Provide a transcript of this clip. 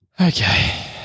Okay